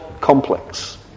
complex